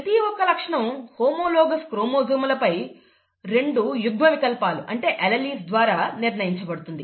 ప్రతి ఒక్క లక్షణం హోమోలాగస్ క్రోమోజోమ్లపై రెండు యుగ్మ వికల్పాల ద్వారా నిర్ణయించబడుతుంది